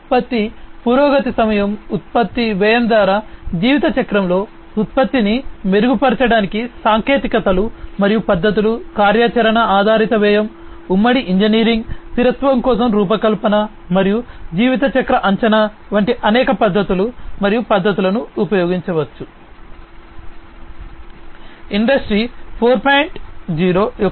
ఉత్పత్తి పురోగతి సమయం ఉత్పత్తి వ్యయం ద్వారా జీవితచక్రంలో ఉత్పత్తిని మెరుగుపరచడానికి సాంకేతికతలు మరియు పద్ధతులు కార్యాచరణ ఆధారిత వ్యయం ఉమ్మడి ఇంజనీరింగ్ స్థిరత్వం కోసం రూపకల్పన మరియు జీవితచక్ర అంచనా వంటి అనేక పద్ధతులు మరియు పద్ధతులను ఉపయోగించవచ్చు